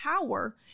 power